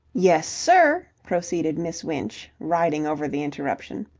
yes, sir! proceeded miss winch, riding over the interruption.